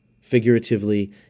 figuratively